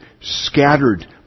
scattered